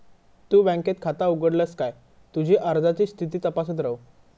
तु बँकेत खाता उघडलस काय तुझी अर्जाची स्थिती तपासत रव